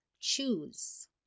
Choose